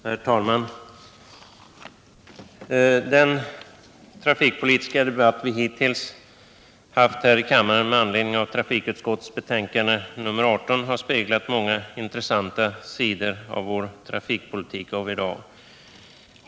Herr talman! Den trafikpolitiska debatt vi hittills haft här i kammaren med anledning av trafikutskottets betänkande nr 18 har speglat många intressanta sidor av vår trafikpolitik av i dag.